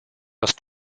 das